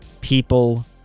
people